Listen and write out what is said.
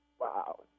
Wow